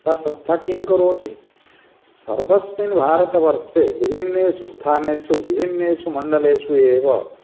सा संस्था किं करोति सर्वस्मिन् भारतवर्षे विभिन्नेषु स्थानेषु विभिन्नेषु मण्डलेषु एव